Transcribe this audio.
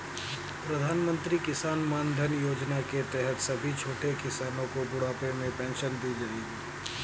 प्रधानमंत्री किसान मानधन योजना के तहत सभी छोटे किसानो को बुढ़ापे में पेंशन दी जाएगी